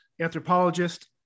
anthropologist